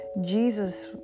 Jesus